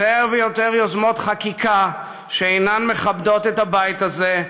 יותר ויותר יוזמות חקיקה שאינן מכבדות את הבית הזה,